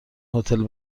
هتل